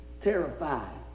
Terrified